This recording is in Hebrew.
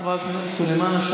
חברת הכנסת סלימאן,